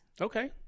Okay